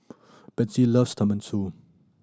Bethzy loves Tenmusu